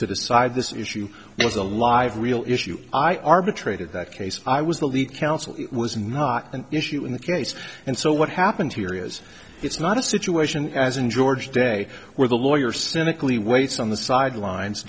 to decide this issue was alive real issue i arbitrated that case i was the lead counsel was not an issue in the case and so what happened here is it's not a situation as in george day where the lawyer cynically waits on the sidelines